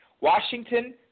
Washington